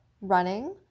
running